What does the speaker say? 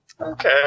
Okay